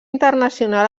internacional